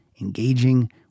engaging